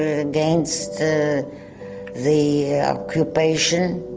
ah against the the occupation,